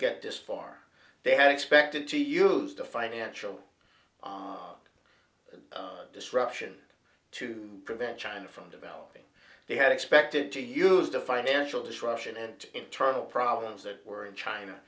get this far they had expected to use the financial art of disruption to prevent china from developing they had expected to use the financial destruction and internal problems that were in china